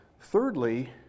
Thirdly